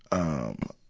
um,